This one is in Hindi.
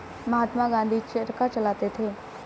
महात्मा गांधी चरखा चलाते थे